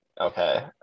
Okay